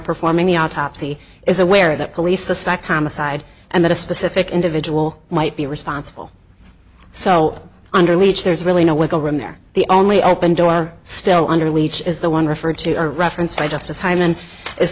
performing the autopsy is aware that police suspect homicide and that a specific individual might be responsible so under leach there's really no wiggle room there the only open door still under leach is the one referred to or referenced by justice hyman